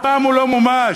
אבל הוא לא מומש